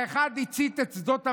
האחד הצית את שדות המלך,